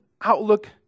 outlook